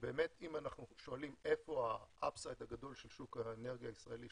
אם אנחנו שואלים איפה ה-upside הגדול של שוק האנרגיה הישראלי,